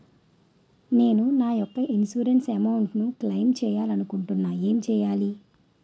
నేను నా యెక్క ఇన్సురెన్స్ అమౌంట్ ను క్లైమ్ చేయాలనుకుంటున్నా ఎలా చేయాలి?